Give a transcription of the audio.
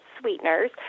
sweeteners